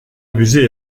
abuser